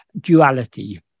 duality